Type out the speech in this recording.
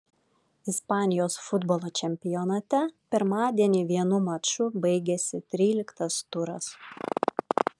ispanijos futbolo čempionate pirmadienį vienu maču baigėsi tryliktas turas